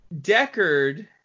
Deckard